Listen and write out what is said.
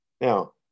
Now